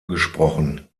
gesprochen